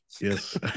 yes